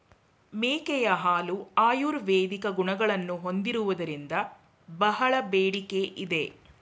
ಮೇಕೆಯ ಹಾಲು ಆಯುರ್ವೇದಿಕ್ ಗುಣಗಳನ್ನು ಹೊಂದಿರುವುದರಿಂದ ಬಹಳ ಬೇಡಿಕೆ ಇದೆ